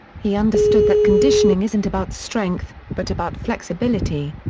he understood that conditioning isn't about strength, but about flexibility.